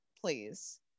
please